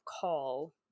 call